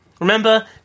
Remember